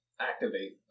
Activate